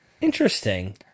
Interesting